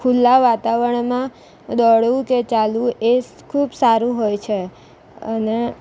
ખુલા વાતાવરણમાં દોડવું કે ચાલવું એ ખૂબ સારું હોય છે અને